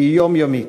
היא יומיומית.